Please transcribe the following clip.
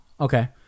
Okay